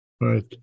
Right